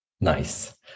Nice